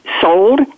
sold